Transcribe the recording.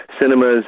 cinemas